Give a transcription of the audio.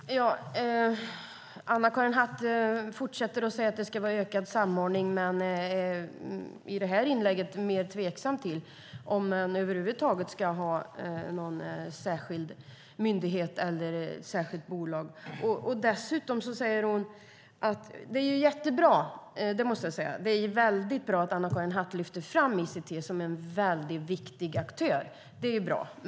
Herr talman! Statsrådet Anna-Karin Hatt fortsätter med att säga att det ska vara ökad samordning, men hon var i det här inlägget mer tveksam till om det över huvud taget ska vara en särskild myndighet eller ett särskilt bolag. Det är bra att Anna-Karin Hatt lyfter fram ICT som en viktig aktör.